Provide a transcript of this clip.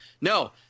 no